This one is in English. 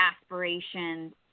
aspirations